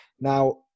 now